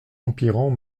empirant